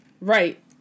Right